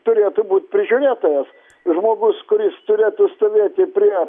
turėtų būt prižiūrėtojas žmogus kuris turėtų stovėti prie